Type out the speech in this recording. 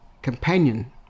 companion